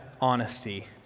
honesty